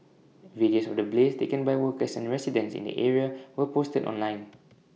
videos of the blaze taken by workers and residents in the area were posted online